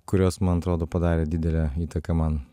kurios man atrodo padarė didelę įtaką man